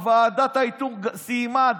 ועדת האיתור סיימה,